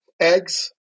eggs